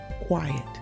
quiet